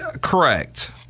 correct